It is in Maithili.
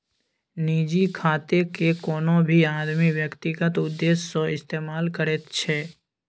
निजी खातेकेँ कोनो भी आदमी व्यक्तिगत उद्देश्य सँ इस्तेमाल करैत छै